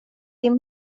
det